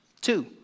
Two